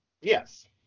yes